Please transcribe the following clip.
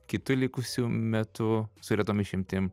kitu likusiu metu su retom išimtim